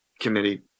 committee